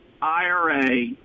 IRA